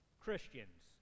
Christians